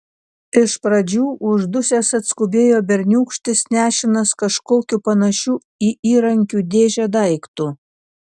iš pradžių uždusęs atskubėjo berniūkštis nešinas kažkokiu panašiu į įrankių dėžę daiktu